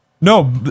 No